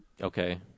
okay